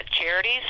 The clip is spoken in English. charities